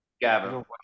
Gavin